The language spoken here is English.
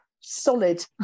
solid